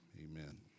amen